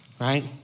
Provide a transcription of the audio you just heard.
Right